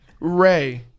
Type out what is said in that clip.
Ray